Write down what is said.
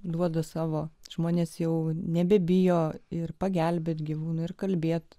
duoda savo žmonės jau nebebijo ir pagelbėti gyvūnų ir kalbėti